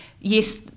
yes